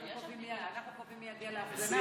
אנחנו קובעים מי יגיע להפגנה.